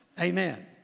Amen